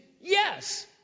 yes